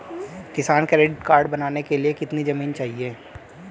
किसान credit card बनाने के लिए कितनी जमीन चाहिए?